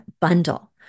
bundle